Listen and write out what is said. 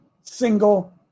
single